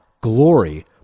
Glory